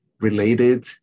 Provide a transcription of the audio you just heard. related